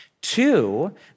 Two